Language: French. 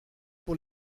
pour